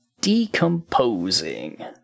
Decomposing